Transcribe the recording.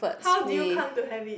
how do you come to have it